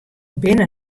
binne